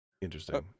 Interesting